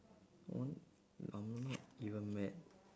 one I'm not even mad